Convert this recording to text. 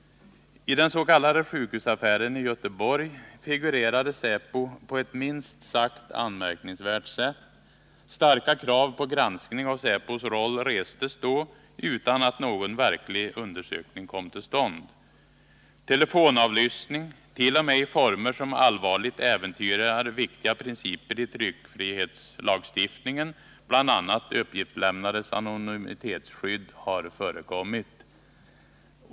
I den s.k. sjukhusaffären i Göteborg figurerade säpo på ett minst sagt anmärkningsvärt sätt. Starka krav på granskning av säpos roll restes då utan att någon verklig undersökning kom till stånd. Telefonavlyssning, t.o.m. i former som allvarligt äventyrar viktiga principer i tryckfrihetslagstiftningen, bl.a. uppgiftslämnares anonymitets skydd, har förekommit.